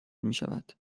میشود